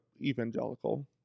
evangelical